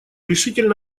решительно